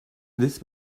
this